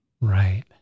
right